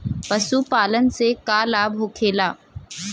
पशुपालन से का लाभ होखेला?